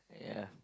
yeah